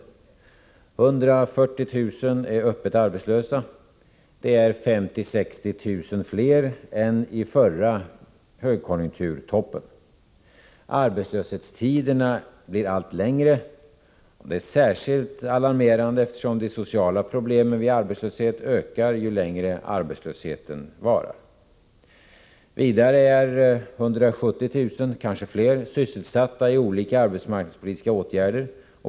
140 000 personer är öppet arbetslösa. Det är 50 000-60 000 fler än vid förra högkonjunkturtoppen. 2. Arbetslöshetstiderna blir allt längre. Det är särskilt alarmerande, eftersom de sociala problemen vid arbetslöshet ökar ju längre tid arbetslösheten varar. 3. 170 000 personer, kanske fler, är sysselsatta genom olika arbetsmarknadspolitiska åtgärder.